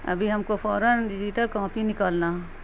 ابھی ہم کو فوراً ڈیجیٹل کاپی نکالنا